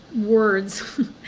words